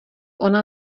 ona